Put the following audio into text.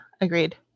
agreed